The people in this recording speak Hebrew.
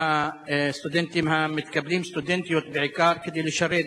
הסטודנטים המתקבלים, סטודנטיות בעיקר, כדי לשרת